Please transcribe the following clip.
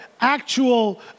actual